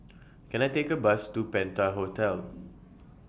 Can I Take A Bus to Penta Hotel